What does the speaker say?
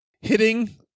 hitting